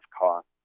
cost